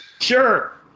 Sure